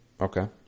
Okay